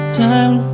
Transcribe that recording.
time